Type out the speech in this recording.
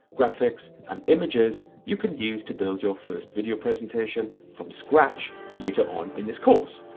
graphics and images you can use to build your first video presentation from scratch later on in this course.